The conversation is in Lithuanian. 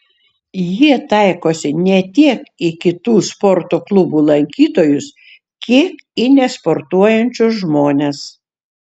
jie taikosi ne tiek į kitų sporto klubų lankytojus kiek į nesportuojančius žmones